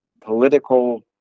political